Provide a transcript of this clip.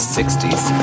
60s